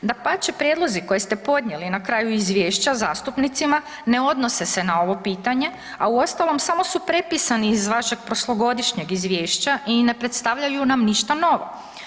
Dapače, prijedlozi koje ste podnijeli na kraju izvješća zastupnicima ne odnose se na ovo pitanje, a uostalom samo su prepisani iz vašeg prošlogodišnjeg izvješća i ne predstavljaju nam ništa novo.